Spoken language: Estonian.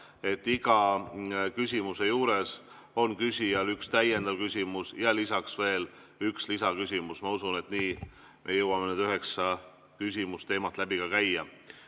et iga küsimuse juures on küsijal üks täiendav küsimus ja lisaks veel üks lisaküsimus. Ma usun, et nii me jõuame üheksa küsimust‑teemat läbi käia.